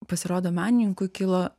pasirodo menininkui kilo